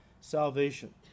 salvation